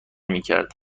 میکرد